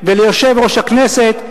ויושב-ראש הכנסת,